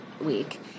Week